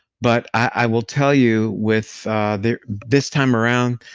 but i will tell you, with this time around,